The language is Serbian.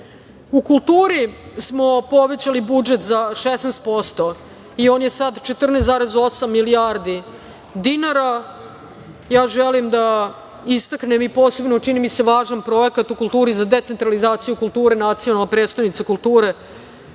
kulturi smo povećali budžet za 16% i on je sada 14,8 milijardi dinara. Ja želim da istaknem i posebno, čini mi se, važan projekat u kulturi za decentralizaciju kulture „Nacionalna prestonica kulture“.